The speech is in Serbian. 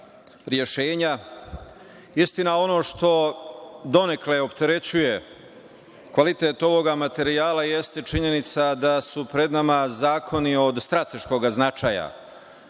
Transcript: rešenja. Istina, ono što donekle opterećuje kvalitet ovog materijala jeste činjenica da su pred nama zakoni od strateškog značaja